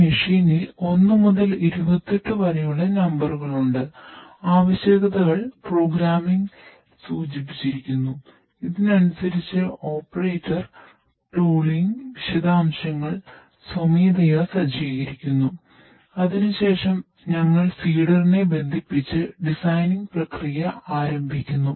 ഈ മെഷീനിൽ പ്രക്രിയ ആരംഭിക്കുന്നു